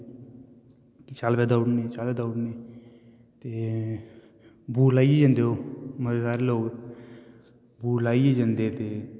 चल भाई दौड़ने गी चल दौड़ने ते बूट लाइयै जंदे ओह् मते सारे लोक बूट लाइयै जंदे ते